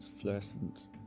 fluorescent